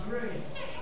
grace